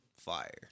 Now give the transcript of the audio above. Fire